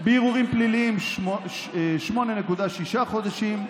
בערעורים פליליים, 8.6 חודשים,